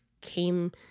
came